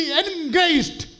engaged